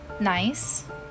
nice